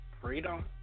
Freedom